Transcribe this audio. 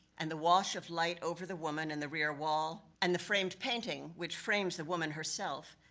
and the wash of light over the woman in the rear wall, and the framed painting, which frames the woman herself,